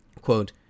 quote